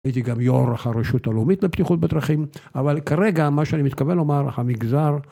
הייתי גם יו"ר הרשות הלאומית לבטיחות בדרכים, אבל כרגע, מה שאני מתכוון לומר, המגזר